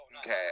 Okay